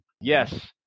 Yes